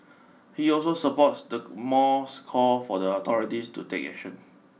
he also supports the mall's call for the authorities to take action